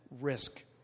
risk